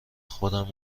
خودم